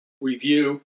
review